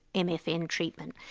and mfn treatment.